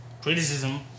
criticism